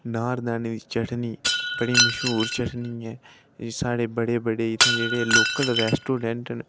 नारदाने दी चटनी बड़ी मश्हूर चटनी ऐ साढ़े बड़े बड्डे ऐ जित्थें लोकल रेस्टोरेंट न